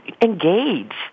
engage